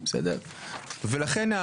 לכן,